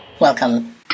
Welcome